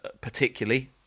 particularly